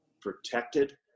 protected